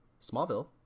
Smallville